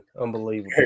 Unbelievable